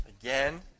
again